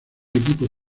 equipo